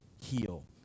heal